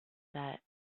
that